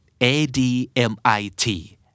A-D-M-I-T